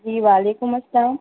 جی وعلیکم السلام